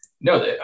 no